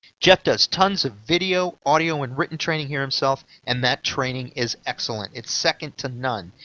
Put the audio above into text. jeff does tons of video, audio and written training here himself and that training is excellent! it's second to none.